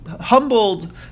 humbled